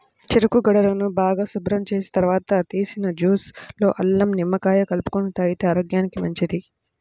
చెరుకు గడలను బాగా శుభ్రం చేసిన తర్వాత తీసిన జ్యూస్ లో అల్లం, నిమ్మకాయ కలుపుకొని తాగితే ఆరోగ్యానికి మంచిది